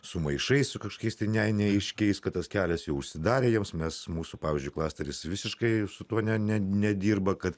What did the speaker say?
su maišais su kažkokiais tai ne neaiškiais kad tas kelias jau užsidarė jiems mes mūsų pavyzdžiui klasteris visiškai su tuo ne ne nedirba kad